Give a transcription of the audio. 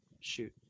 Shoot